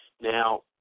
Now